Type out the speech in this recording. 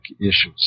issues